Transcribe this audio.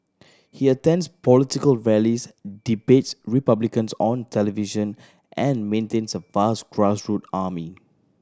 he attends political rallies debates Republicans on television and maintains a vast army